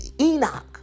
Enoch